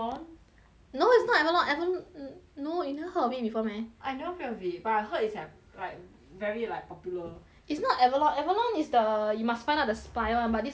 no it's not Avalon ava~ n~no you never heard of it before meh I never heard of it but I heard is like like very like popular is not Avalon Avalon is the you must find out the spy [one] but this [one] is more like